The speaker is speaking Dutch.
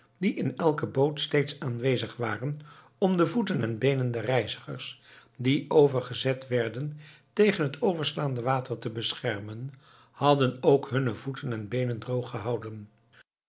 die in elke boot steeds aanwezig waren om de voeten en beenen der reizigers die overgezet werden tegen het overslaande water te beschermen hadden ook hunne voeten en beenen droog gehouden